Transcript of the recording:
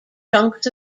chunks